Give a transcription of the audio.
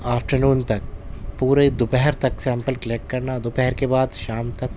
after نون تک پورے دوپہر تک سیمپل کلکٹ کرنا دوپہر کے بعد شام تک